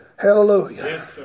Hallelujah